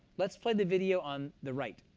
let's play the video on the right.